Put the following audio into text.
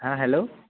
হা হেল্ল'